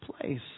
place